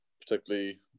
particularly